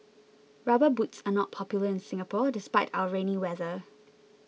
rubber boots are not popular in Singapore despite our rainy weather